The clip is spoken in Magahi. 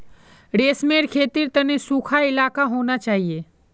रेशमेर खेतीर तने सुखा इलाका होना चाहिए